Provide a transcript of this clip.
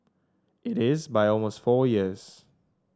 it is by almost four years